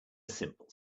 simple